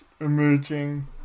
emerging